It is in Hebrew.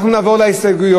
אנחנו נעבור להסתייגויות.